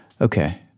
Okay